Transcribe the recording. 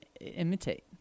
imitate